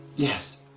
yes,